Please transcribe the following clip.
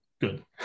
good